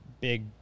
Big